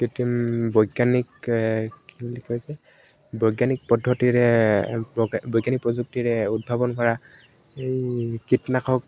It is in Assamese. বৈজ্ঞানিক কি বুলি কয় যে বৈজ্ঞানিক পদ্ধতিৰে বৈজ্ঞানিক প্ৰযুক্তিৰে উদ্ভাৱন কৰা এই কীটনাশক